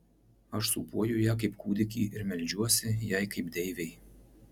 aš sūpuoju ją kaip kūdikį ir meldžiuosi jai kaip deivei